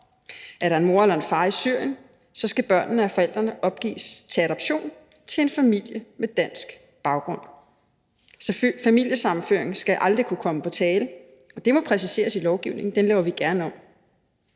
Er der en mor eller en far i Syrien, skal børnene af forældrene opgives til adoption til en familie med dansk baggrund. Familiesammenføring skal aldrig kunne komme på tale, og det må præciseres i lovgivningen. Den laver vi gerne om.